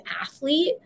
athlete